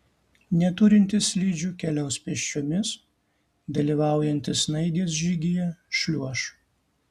neturintys slidžių keliaus pėsčiomis dalyvaujantys snaigės žygyje šliuoš